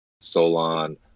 Solon